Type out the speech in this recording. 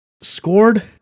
scored